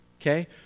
Okay